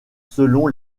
selon